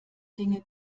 dinge